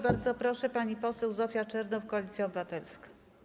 Bardzo proszę, pani poseł Zofia Czernow, Koalicja Obywatelska.